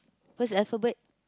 first alphabet